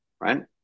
right